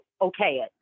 okay